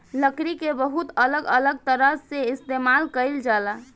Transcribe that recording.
लकड़ी के बहुत अलग अलग तरह से इस्तेमाल कईल जाला